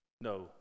no